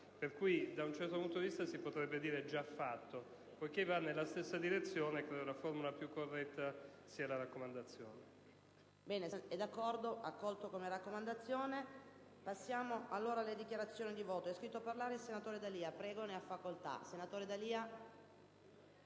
(quindi, da un certo punto di vista, si potrebbe dire: già fatto). Poiché va nella stessa direzione, credo che la forma più corretta sia la raccomandazione.